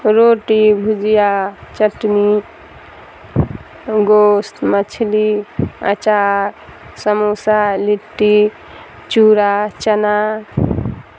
روٹی بھجیا چٹنی گوشت مچھلی آچار سموسا لٹی چوڑا چنا